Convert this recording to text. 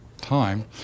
time